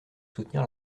soutenir